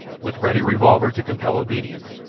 with ready revolver to compel obedience,